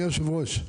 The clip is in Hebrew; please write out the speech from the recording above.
אדוני היושב-ראש,